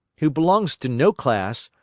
who belongs to no class,